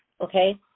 okay